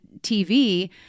TV